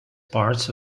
parts